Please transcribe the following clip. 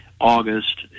August